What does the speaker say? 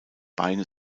beine